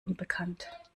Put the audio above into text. unbekannt